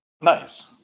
Nice